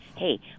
Hey